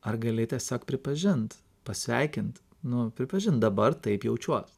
ar gali tiesiog pripažint pasveikint nu pripažint dabar taip jaučiuos